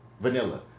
vanilla